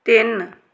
ਤਿੰਨ